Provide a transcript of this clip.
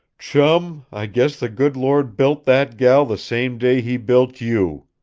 chum, i guess the good lord built that gal the same day he built you.